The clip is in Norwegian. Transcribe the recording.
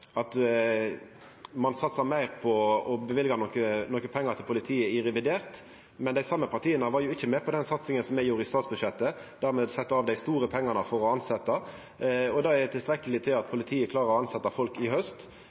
at ein satsar meir på å løyva nokre pengar til politiet i revidert, men dei same partia var jo ikkje med på den satsinga me gjorde i statsbudsjettet, der me sette av dei store pengane for å tilsetja. Det er tilstrekkeleg til at politiet klarer å tilsetja folk i haust.